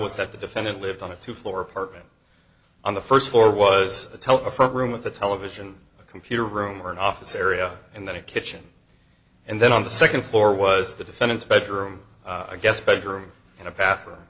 was that the defendant lived on a two floor apartment on the first floor was a telephone room with a television a computer room or an office area and then a kitchen and then on the second floor was the defendant's bedroom a guest bedroom and a bath